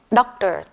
doctor